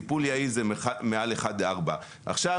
מצד אחד אנחנו אומרים טיפול יעיל זה מעל 1.4. עכשיו